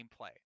gameplay